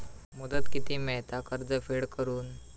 मुदत किती मेळता कर्ज फेड करून?